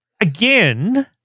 again